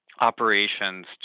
operations